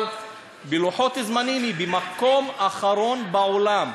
אבל בלוחות זמנים היא במקום האחרון בעולם,